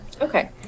Okay